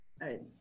right